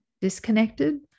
disconnected